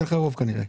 יהיה לך רוב כנראה.